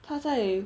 他在